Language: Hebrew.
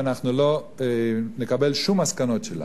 ואנחנו לא נקבל שום מסקנות שלה.